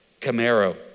Camaro